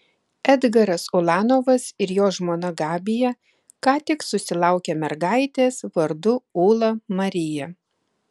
edgaras ulanovas ir jo žmona gabija ką tik susilaukė mergaitės vardu ūla marija